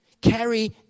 Carry